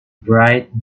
bright